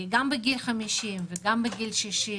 גם בגיל 50 וגם בגיל 60,